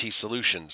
solutions